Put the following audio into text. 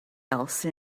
else